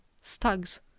stags